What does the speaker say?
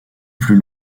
plus